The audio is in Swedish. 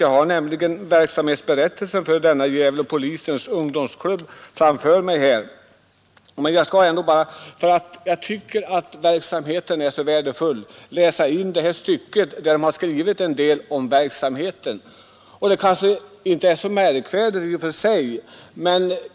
Jag har nämligen verksamhetsberättelsen för Gävlepolisens ungdomsklubb framför mig, och eftersom jag tycker att verksamheten är så värdefull, skall jag läsa ett stycke ur den.